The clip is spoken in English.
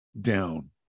down